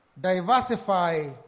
Diversify